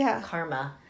karma